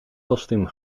kostuum